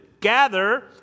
Gather